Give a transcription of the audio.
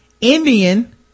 Indian